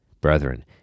Brethren